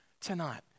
tonight